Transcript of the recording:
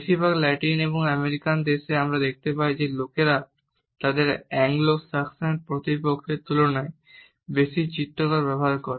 বেশিরভাগ Latin American দেশে আমরা দেখতে পাই যে লোকেরা তাদের অ্যাংলো স্যাক্সন প্রতিপক্ষের তুলনায় বেশি চিত্রকর ব্যবহার করে